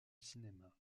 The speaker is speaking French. cinéma